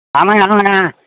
ஆமாம்ங்க ஆமாம்ங்க